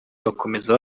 bakomeza